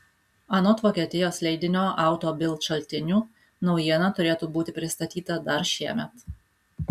anot vokietijos leidinio auto bild šaltinių naujiena turėtų būti pristatyta dar šiemet